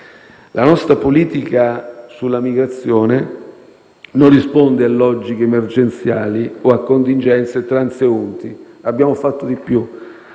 La nostra politica sull'immigrazione non risponde a logiche emergenziali o a contingenze transeunti. Abbiamo fatto di più: